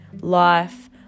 life